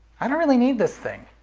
i don't really need this thing.